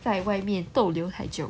在外面逗留太久